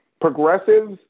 Progressives